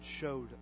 showed